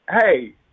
hey